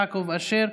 יעקב אשר,